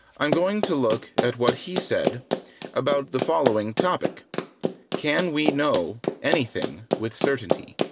i'm going to look at what he said about the following topic can we know anything with certainty.